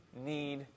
need